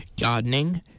Gardening